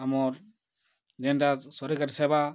ଆମର୍ ଯେନ୍ଟା ସର୍କାରୀ ସେବା